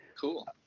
Cool